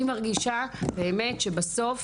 אני מרגישה באמת שבסוף